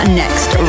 next